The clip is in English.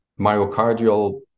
myocardial